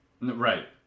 Right